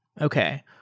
Okay